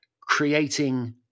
creating